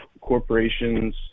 corporations